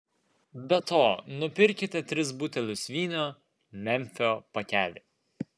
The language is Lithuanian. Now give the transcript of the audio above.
be to nupirkite tris butelius vyno memfio pakelį